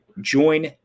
Join